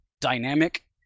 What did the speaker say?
dynamic